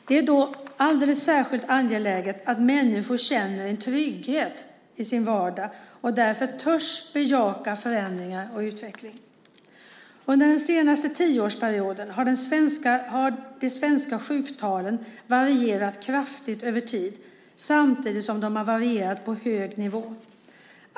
Det är då alldeles särskilt angeläget att människor känner en trygghet i sin vardag och därför törs bejaka förändringar och utveckling. Under den senaste tioårsperioden har de svenska sjuktalen varierat kraftigt över tid samtidigt som de har varierat på en hög nivå.